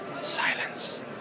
Silence